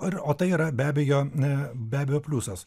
ir o tai yra be abejo n be abejo pliusas